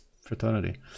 fraternity